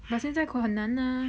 but 现在 call 很难 ah